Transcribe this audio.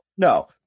No